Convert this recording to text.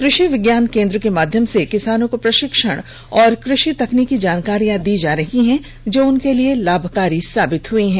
कृषि विज्ञान केंद्र के माध्यम से किसानों को प्रशिक्षण एवं कृषि तकनीकी जानकारियां भी दी गई है जो किसानों के लिए लाभकारी साबित हुआ है